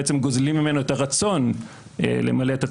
המחוקקת גם להחליט שהיא לא מבצעת את התיקון שיבטל את אי